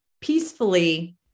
peacefully